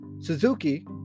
Suzuki